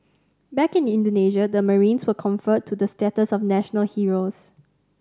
back in Indonesia the marines were conferred the status of national heroes